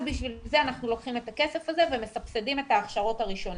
אז בשביל זה אנחנו לוקחים את הכסף הזה ומסבסדים את ההכשרות הראשוניות.